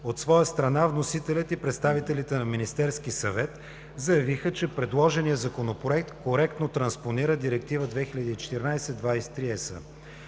От своя страна, вносителят и представителите на Министерския съвет заявиха, че предложеният Законопроект коректно транспонира Директива 2014/23/ЕС.